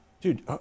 Dude